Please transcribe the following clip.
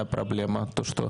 זו הבעיה העיקרית.